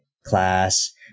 Class